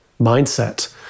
mindset